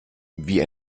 wie